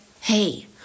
hey